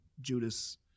Judas